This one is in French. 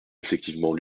effectivement